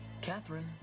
Catherine